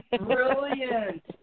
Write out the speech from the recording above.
brilliant